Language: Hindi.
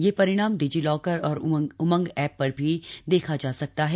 यह परिणाम डिजीलॉकर और उमंग ऐप पर भी देखा जा सकता है